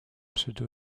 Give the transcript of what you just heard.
pseudo